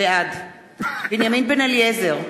בעד בנימין בן-אליעזר,